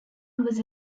was